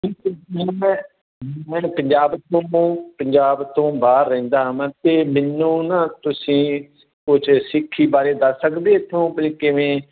ਪੰਜਾਬ ਤੋਂ ਪੰਜਾਬ ਤੋਂ ਬਾਹਰ ਰਹਿੰਦਾ ਹਾਂ ਮੈਂ ਅਤੇ ਮੈਨੂੰ ਨਾ ਤੁਸੀਂ ਕੁਛ ਸਿੱਖੀ ਬਾਰੇ ਦੱਸ ਸਕਦੇ ਇੱਥੋਂ ਬਈ ਕਿਵੇਂ